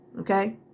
Okay